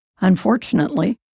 Unfortunately